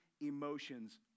emotions